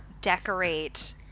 decorate